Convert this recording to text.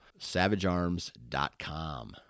savagearms.com